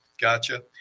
Gotcha